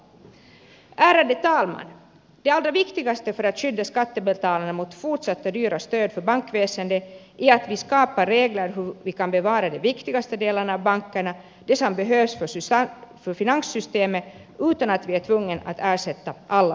det allra viktigaste för att skydda skattebetalarna mot fortsatta dyra stöd för bankväsendet är att vi skapar regler för hur man kan bevara de viktigaste delarna av bankerna de som behövs för finanssystemet utan att vi är tvungna att ersätta alla förluster